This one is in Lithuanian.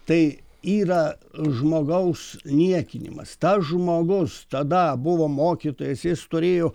tai yra žmogaus niekinimas tas žmogus tada buvo mokytojas jis turėjo